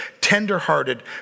tenderhearted